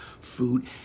food